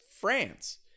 France